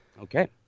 Okay